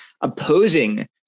opposing